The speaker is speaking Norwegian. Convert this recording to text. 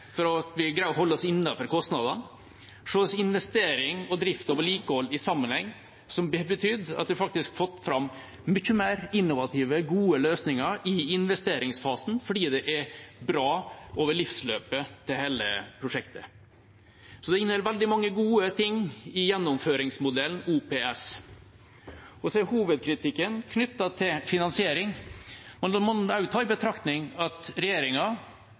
for at vi greier å holde oss innenfor kostnadene og se investering, drift og vedlikehold i sammenheng. Det har betydd at vi har fått fram mye mer innovative, gode løsninger i investeringsfasen, fordi det er bra gjennom livsløpet til hele prosjektet. Gjennomføringsmodellen OPS inneholder veldig mange gode ting. Hovedkritikken er knyttet til finansiering. Man må ta i betraktning at regjeringa